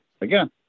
Again